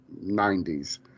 90s